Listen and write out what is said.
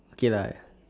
okay lah